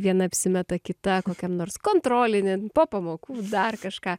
viena apsimeta kita kokiam nors kontrolinį po pamokų dar kažką